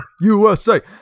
USA